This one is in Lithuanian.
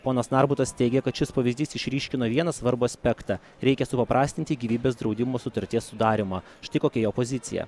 ponas narbutas teigia kad šis pavyzdys išryškino vieną svarbų aspektą reikia supaprastinti gyvybės draudimo sutarties sudarymą štai kokia jo pozicija